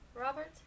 Robert